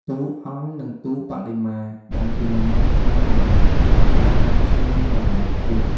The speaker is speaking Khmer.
ទូអង្គ និងទូបដិមា ដែលជាលំនាំខ្មែរបុរាណ ដោយប្រើដើមឈើមានតម្លៃខ្ពស់។